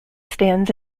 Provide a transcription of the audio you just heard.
stands